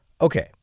okay